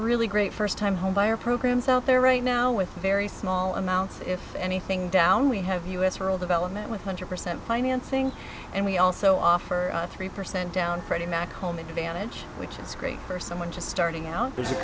really great first time home buyer programs out there right now with very small amounts if anything down we have u s rural development with hundred percent financing and we also offer a three percent down freddie mac home advantage which is great for someone just starting out